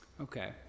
Okay